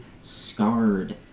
scarred